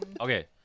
Okay